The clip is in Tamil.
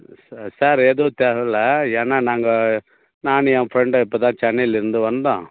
ம் சார் சார் எதுவும் தேவையில்லை ஏன்னால் நாங்கள் நானும் என் ஃப்ரெண்டும் இப்போ தான் சென்னையிலேருந்து வந்தோம்